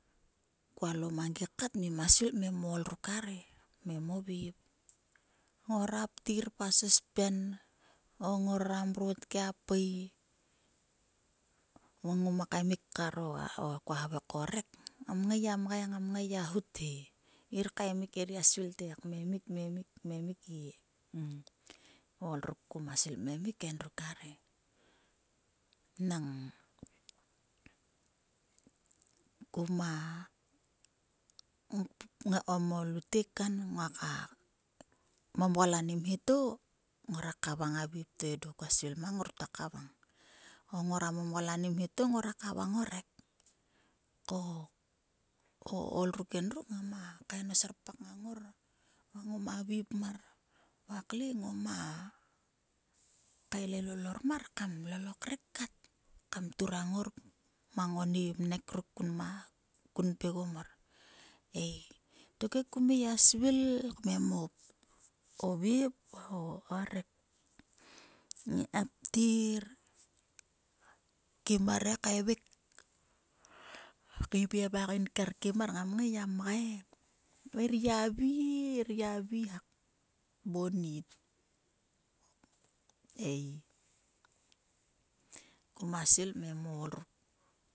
Kkualo mangi katngima svil o ol ruk arhe kmem o vep ngora mrot kia sospen mrot kia pui kaemik ngamngai gia mgai va khut he ngir kaemik ngir gia svil kemik. kaimik. emik ge ol ruk kuna ngai komo lutek kan ngora momgal ani nmhe to ngora ktua kavaing ani vep to kum ktua svil mang ngur ktua kavang o ngora momgal ani mhe to ngoara kavang o rek-ko o ol ruk ngam kain a serpak ngang ngor va ngoma vi kmar. Va kle ngom kaelel ol ormar kam lol o krek kat mang oni vnek ruk kun pgegom mor ei. Tokhe kum ngai gia svil kmem o vep kar o rek ptit kim mar he kaemik kaeviem a ngainker kim mar ngar ngai mgai hak ngir gia vi va kvi hak kmonit ei kuma svil kmem o ol ruk